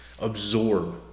absorb